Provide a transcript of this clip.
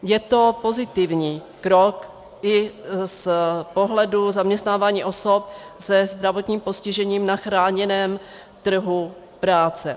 Je to pozitivní krok i z pohledu zaměstnávání osob se zdravotním postižením na chráněném trhu práce.